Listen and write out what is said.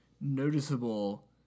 noticeable